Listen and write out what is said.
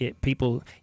people